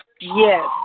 Yes